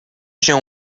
się